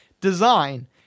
design